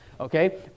okay